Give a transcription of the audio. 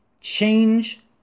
change